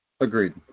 Agreed